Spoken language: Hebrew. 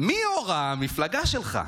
מי יו"ר המפלגה שלך?